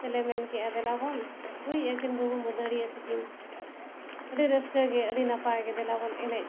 ᱛᱮᱞᱮ ᱢᱮᱱ ᱠᱮᱜᱼᱟ ᱫᱮᱞᱟ ᱵᱚᱱ ᱨᱩᱭᱮᱜᱼᱟ ᱠᱤᱱ ᱵᱟᱹᱵᱩ ᱢᱟᱹᱫᱟᱹᱲᱤᱭᱟᱹ ᱛᱟᱠᱤᱱ ᱟᱹᱰᱤ ᱨᱟᱹᱥᱠᱟᱹ ᱜᱮ ᱟᱹᱰᱤ ᱱᱟᱯᱟᱭ ᱜᱮ ᱫᱮᱞᱟ ᱵᱚᱱ ᱮᱱᱮᱡᱼᱟ